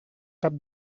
tap